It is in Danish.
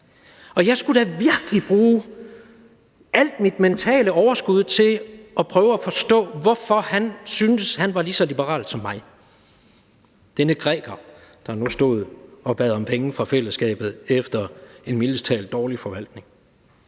Og jeg skulle da virkelig bruge alt mit mentale overskud til at prøve at forstå, hvorfor han syntes, at han var lige så liberal som mig – denne græker, der nu stod og bad om penge fra fællesskabet efter en mildest talt dårlig forvaltning.